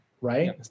right